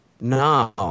No